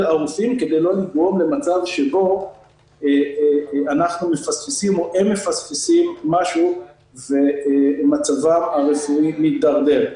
הרופאים כדי לא לגרום למצב שבו הם מפספסים משהו ומצבם הרפואי מידרדר.